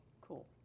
Cool